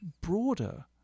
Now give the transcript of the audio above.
broader